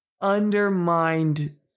undermined